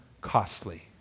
costly